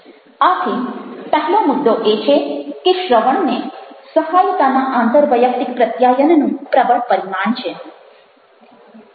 આથી પહેલો મુદ્દો એ છે કે શ્રવણને સહાયતાના આંતરવૈયક્તિક પ્રત્યાયનનું પ્રબળ પરિમાણ છે